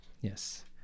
Yes